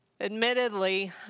Admittedly